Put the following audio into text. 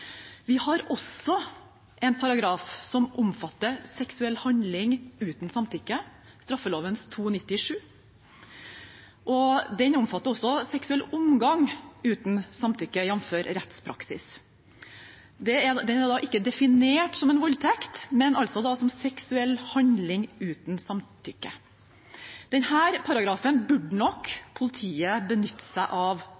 Vi har også en paragraf som omfatter seksuell handling uten samtykke, straffeloven § 297. Den omfatter også seksuell omgang uten samtykke, jf. rettspraksis. Det er ikke definert som en voldtekt, men som seksuell handling uten samtykke. Denne paragrafen burde